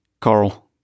Carl